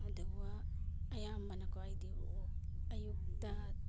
ꯑꯗꯨꯒ ꯑꯌꯥꯝꯕꯅꯀꯣ ꯑꯩꯗꯤ ꯑꯌꯨꯛꯇ